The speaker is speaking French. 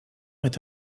est